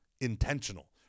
intentional